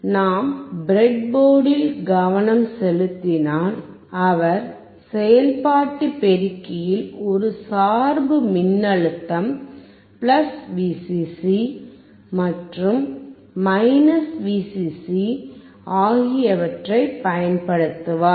நாம் பிரெட் போர்டில் கவனம் செலுத்தினால் அவர் செயல்பாட்டு பெருக்கியில் ஒரு சார்பு மின்னழுத்தம் Vcc மற்றும் Vcc ஆகியவற்றைப் பயன்படுத்துவார்